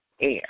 air